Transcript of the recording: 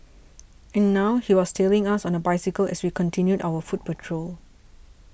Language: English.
and now he was tailing us on a bicycle as we continued our foot patrol